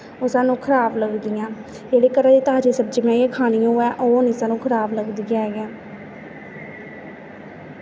ओह् सानूं खराब लगदियां जेल्लै घरै दी ताजी सब्जी बनाइयै खानी होऐ ओह् हैनी सानूं खराब लगदी ऐ इ'यां